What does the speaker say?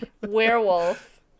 Werewolf